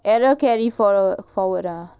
error carry for forward ah